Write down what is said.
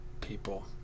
people